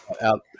out